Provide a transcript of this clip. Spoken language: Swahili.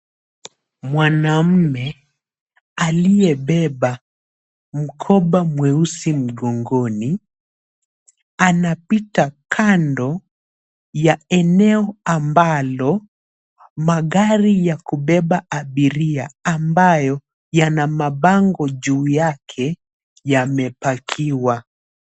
Mwanamume aliyebeba mkoba mweusi mgongoni anapita kando ya eneo ambalo magari ya kubeba abiria ambayo yana mabango juu yake yamepakiwa.